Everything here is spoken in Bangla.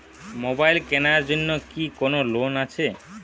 মোবাইল কেনার জন্য কি কোন লোন আছে?